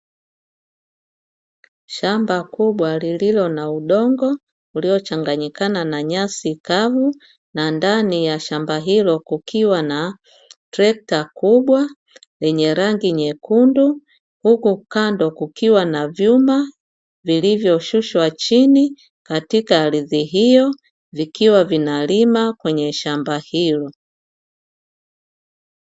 Shamba kubwa lilio na udongo uliochanganikana na nyasi kavu, na ndani ya shamba hilo kukiwa na trekta kubwa lenye rangi nyekundu. Huku kando kukiwa na vyuma vilivyoshushwa chini katika ardhi hiyo, vikiwa vinalima kwenye shamba hilo.